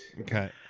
Okay